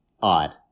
odd